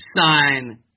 sign